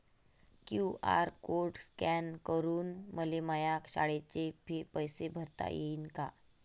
QR code scan करून मले माया शाळेचे पैसे भरता येईन का?